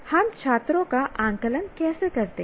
हम छात्रों का आकलन कैसे करते हैं